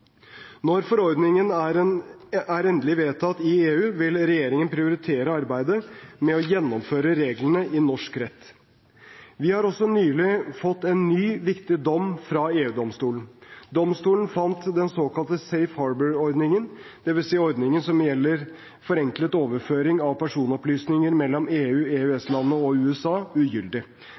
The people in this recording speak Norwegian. Når forordningen er endelig vedtatt i EU, vil regjeringen prioritere arbeidet med å gjennomføre reglene i norsk rett. Vi har også nylig fått en ny, viktig dom fra EU-domstolen. Domstolen fant den såkalte Safe Harbour-ordningen, dvs. ordningen som gjelder forenklet overføring av personopplysninger mellom EU/EØS-landene og USA, ugyldig.